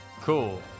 Cool